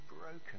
broken